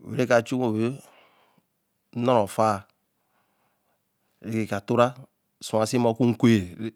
wen re ka chu bo na ra faā, re ke ka tora suwa se, ma o ku gwe.